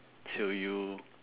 till you